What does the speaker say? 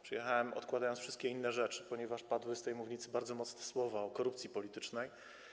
Przyjechałem, odkładając wszystkie inne rzeczy, ponieważ padły z tej mównicy bardzo mocne słowa mówiące o korupcji politycznej.